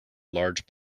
large